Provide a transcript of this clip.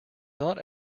not